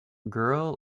girl